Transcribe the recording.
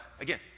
again